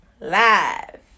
live